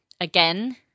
Again